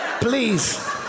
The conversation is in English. please